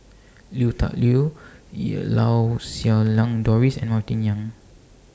Lui Tuck Yew Lau Siew Lang Doris and Martin Yan